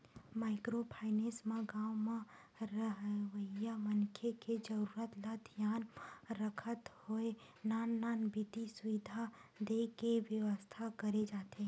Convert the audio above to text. micro finance म गाँव म रहवइया मनखे के जरुरत ल धियान म रखत होय नान नान बित्तीय सुबिधा देय के बेवस्था करे जाथे